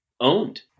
owned